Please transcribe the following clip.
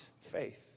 faith